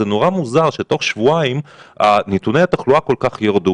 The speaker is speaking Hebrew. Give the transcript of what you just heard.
זה נורא מוזר שתוך חודשיים נתוני התחלואה ירדו